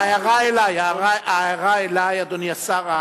ההערה אלי, אדוני השר.